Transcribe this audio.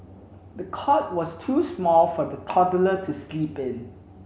the cot was too small for the toddler to sleep in